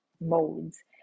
modes